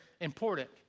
important